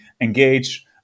engage